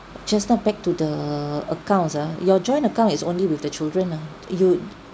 just now back to the accounts uh your joint account is only with the children ah you